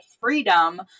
freedom